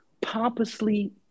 pompously